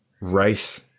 race